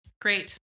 Great